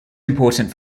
important